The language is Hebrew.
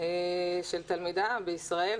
של תלמידה בישראל.